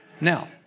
Now